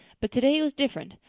but today it was different.